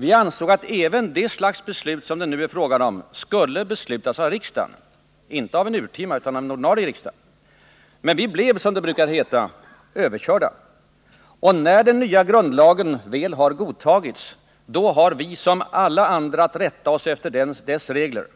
Vi ansåg att även det slags beslut som det nu är fråga om skulle fattas av riksdagen, inte av en urtima utan av en ordinarie riksdag. Men vi blev — som det brukar heta — överkörda. Och när den nya grundlagen väl har godtagits, då har vi som alla andra att rätta oss efter dess regler,